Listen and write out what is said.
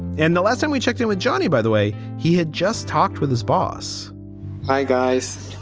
and the last time we checked in with johnny, by the way, he had just talked with his boss hi, guys.